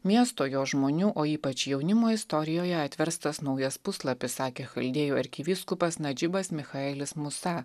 miesto jo žmonių o ypač jaunimo istorijoje atverstas naujas puslapis sakė chaldėjų arkivyskupas nadžibas michaelis musa